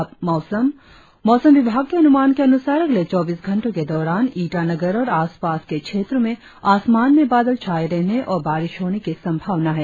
और अब मौसम मौसम विभाग के अनुमान के अनुसार अगले चौबीस घंटो के दौरान ईटानगर और आसपास के क्षेत्रो में आसमान में बादल छाये रहने और बारिश होने की संभावना है